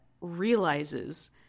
realizes